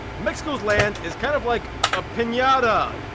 mexico's land is kind of like. a pinata!